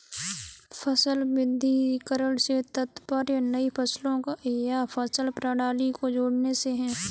फसल विविधीकरण से तात्पर्य नई फसलों या फसल प्रणाली को जोड़ने से है